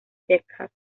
texas